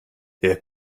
herr